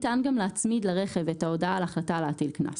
ניתן גם להצמיד לרכב את ההודעה על החלטה להטיל קנס.